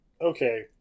okay